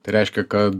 tai reiškia kad